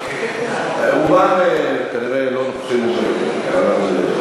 פה רק לפני כמה חודשים.